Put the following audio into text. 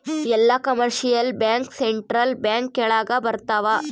ಎಲ್ಲ commercial bank central bank ಕೆಳಗ ಬರತಾವ